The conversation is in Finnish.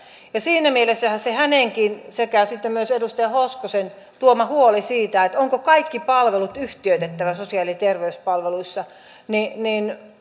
ja siihen liittyy se hänenkin sekä sitten myös edustaja hoskosen tuoma huoli siitä onko kaikki palvelut yhtiöitettävä sosiaali ja terveyspalveluissa